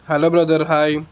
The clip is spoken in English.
hello brother hi